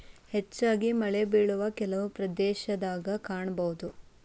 ಹೆಚ್ಚಾಗಿ ಮಳೆಬಿಳುವ ಕೆಲವು ಪ್ರದೇಶದಾಗ ಕಾಣಬಹುದ